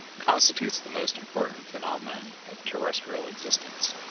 constitutes the most important phenomenon of terrestial existence.